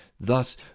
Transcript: thus